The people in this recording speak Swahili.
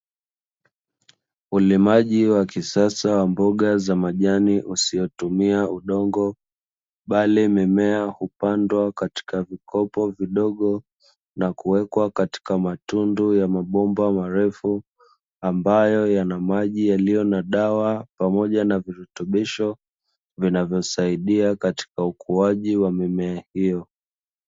Ulimaji wa kisasa wa mboga za majani usiotumia udongo, bali mimea hupandwa katika vikopo vidogo, na kuwekwa katika matundu ya mabomba marefu ambayo yana maji yaliyo na dawa, pamoja na virutubisho vinavyosaidia katika ukuaji wa mimea hiyo.